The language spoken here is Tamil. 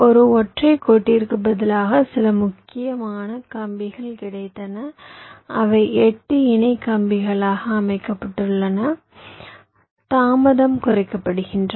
ஒரு ஒற்றைக் கோட்டிற்குப் பதிலாக சில முக்கியமான கம்பிகள் கிடைத்தன அவை 8 இணை கம்பிகளாக அமைக்கப்பட்டன தாமதம் குறைக்கப்படுகின்றன